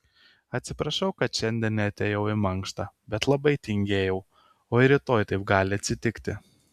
atsiprašau kad šiandien neatėjau į mankštą bet labai tingėjau o ir rytoj taip gali atsitikti